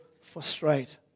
frustrate